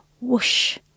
whoosh